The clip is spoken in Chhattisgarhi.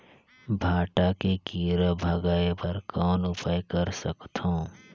भांटा के कीरा भगाय बर कौन उपाय कर सकथव?